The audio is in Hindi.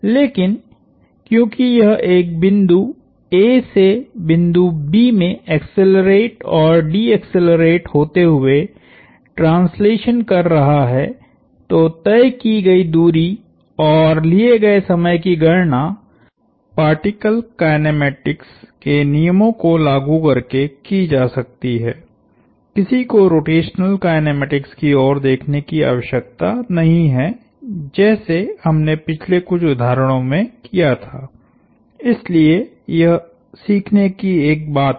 लेकिन क्यूँकि यह एक बिंदु a से बिंदु b में एक्सेलरेट और डीएक्सेलरेट होते हुए ट्रांसलेशन कर रहा है तो तय की गई दूरी और लिए गए समय की गणना पार्टिकल काईनेमेटिक्स के नियमों को लागू करके की जा सकती है किसी को रोटेशनल काईनेमेटिक्स की ओर देखने की आवश्यकता नहीं है जैसे हमने पिछले कुछ उदाहरणों में किया था इसलिए यह सीखने की एक बात है